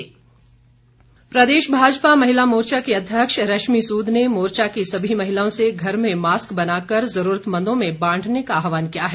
महिला मोर्चा प्रदेश भाजपा महिला मोर्चा की अध्यक्ष रश्मि सूद ने मोर्चा की सभी महिलाओं से घर में मास्क बनाकर ज़रूरतमंदों में बांटने का आहवान किया है